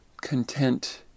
content